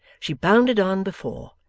she bounded on before,